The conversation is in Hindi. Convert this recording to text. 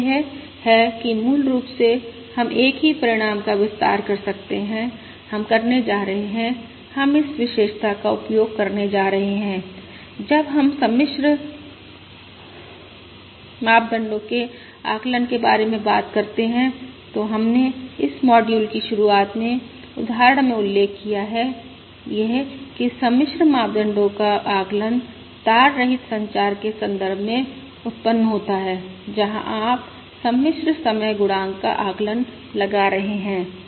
तो यह है कि मूल रूप से हम एक ही परिणाम का विस्तार कर सकते हैं हम करने जा रहे हैं हम इस विशेषता का उपयोग करने जा रहे हैं जब हम सम्मिश्र मापदंडों के आकलन के बारे में बात करते हैं तो हमने इस मॉड्यूल की शुरुआत में उदाहरण में उल्लेख किया है यह कि सम्मिश्र मापदंडों का आकलन तार रहित संचार के संदर्भ में उत्पन्न होता है जहां आप सम्मिश्र समय गुणांक का आकलन लगा रहे हैं